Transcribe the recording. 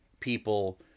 people